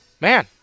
Man